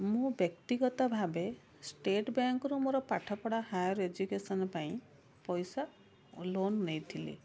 ମୁଁ ବ୍ୟକ୍ତିଗତ ଭାବେ ଷ୍ଟେଟ୍ ବ୍ୟାଙ୍କରୁ ମୋର ପାଠପଢ଼ା ହାଇଅର ଏଜୁକେସନ ପାଇଁ ପଇସା ଲୋନ୍ ନେଇଥିଲି